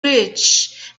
rich